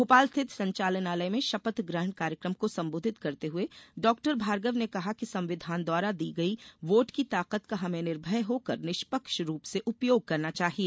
भोपाल स्थित संचालनालय में शपथ ग्रहण कार्यक्रम को सम्बोधित करते हुए डॉ भार्गव ने कहा कि संविधान द्वारा दी गई वोट की ताकत का हमें निर्भय होकर निष्पक्ष रूप से उपयोग करना चाहिए